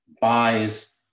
buys